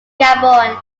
gabon